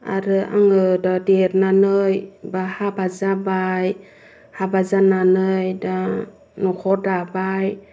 आरो आङो दा देरनानै बा हाबा जाबाय हाबा जानानै दा न'खर दाबाय